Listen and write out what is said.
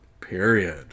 Period